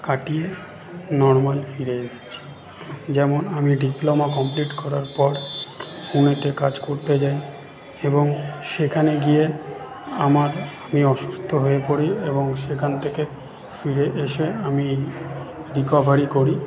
কাটিয়ে নর্মাল ফিরে এসছি যেমন আমি ডিপ্লোমা কমপ্লিট করার পর পুনেতে কাজ করতে যাই এবং সেখানে গিয়ে আমার আমি অসুস্থ হয়ে পড়ি এবং সেখান থেকে ফিরে এসে আমি রিকভারি করি